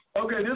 Okay